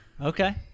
Okay